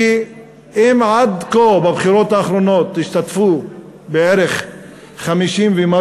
כי אם עד כה, בבחירות האחרונות השתתפו בערך 50%,